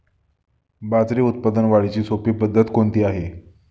बाजरी उत्पादन वाढीची सोपी पद्धत कोणती आहे?